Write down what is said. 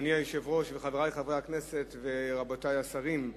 אדוני היושב-ראש, חברי חברי הכנסת ורבותי השרים,